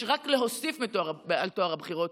יש רק להוסיף על טוהר הבחירות.